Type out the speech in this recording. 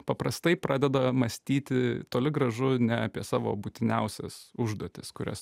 paprastai pradeda mąstyti toli gražu ne apie savo būtiniausias užduotis kurias